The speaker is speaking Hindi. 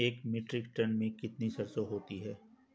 एक मीट्रिक टन में कितनी सरसों होती है?